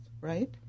right